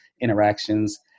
interactions